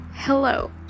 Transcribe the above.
Hello